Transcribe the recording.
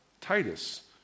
Titus